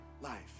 life